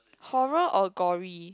horror or gory